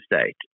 state